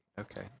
Okay